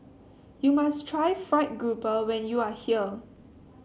you must try fried grouper when you are here